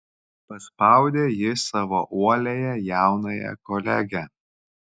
paspaudė ji savo uoliąją jaunąją kolegę